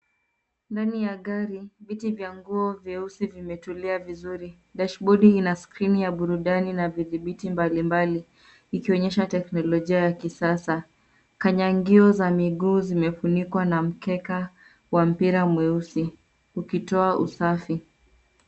Ndani ya gari viti vya nguo vyeusi vimetulia vizuri. Dashbodi ina skrini ya burudani na vidhibiti mbali mbali ikionyesha teknolojia ya kisasa. Kanyangio za miguu zimefunikwa na mkeka wa mpira mweusi ukitoa usafi.